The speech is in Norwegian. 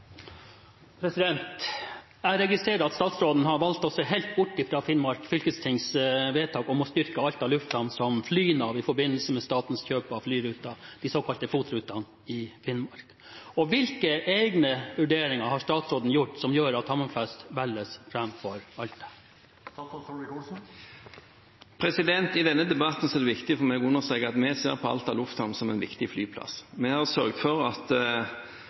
Finnmark fylkestings vedtak om å styrke Alta Lufthavn som flynav i forbindelse med statens kjøp av flyruter i Finnmark. Hvilke egne vurderinger har statsråden gjort som gjør at Hammerfest velges fremfor Alta?» I denne debatten er det viktig for meg å understreke at vi ser på Alta lufthavn som en viktig flyplass. Vi har sørget for at